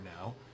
now